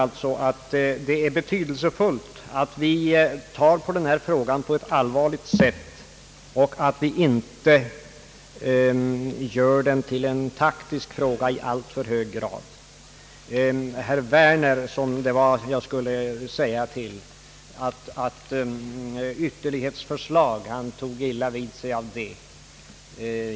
Jag tror att det är betydelsefullt att vi tar allvarligt på den här frågan och inte gör den till en taktisk fråga i alltför hög grad. Herr Werner tog illa vid sig, när jag sade att kommunisterna presenterat ytterlighetsförslag.